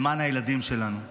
למען הילדים שלנו.